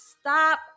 stop